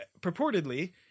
purportedly